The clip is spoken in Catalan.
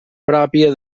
pròpia